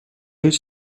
هیچ